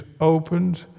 opened